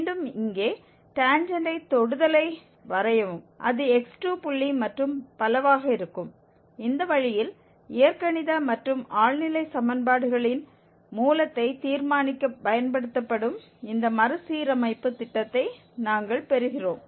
மீண்டும் இங்கே டேன்ஜெண்ட்டை தொடுதலை வரையவும் அது x2 புள்ளி மற்றும் பலவாக இருக்கும் இந்த வழியில் இயற்கணித மற்றும் ஆழ்நிலை சமன்பாடுகளின் மூலத்தை தீர்மானிக்கப் பயன்படுத்தப்படும் இந்த மறுசீரமைப்பு திட்டத்தை நாங்கள் பெறுகிறோம்